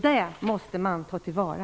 Det måste tas till vara.